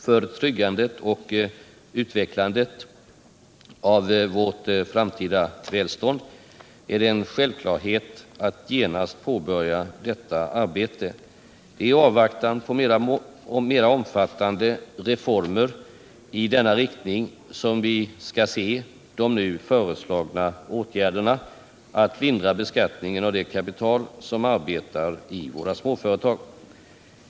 För tryggandet och utvecklandet av vårt framtida välstånd är det en självklarhet att vi genast måste påbörja detta arbete. Det är i avvaktan på mera omfattande reformer i denna riktning som dessa åtgärder att lindra beskattningen av det kapital som arbetar i våra småföretag föreslås.